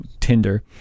tinder